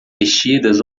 vestidas